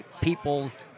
people's